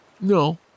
No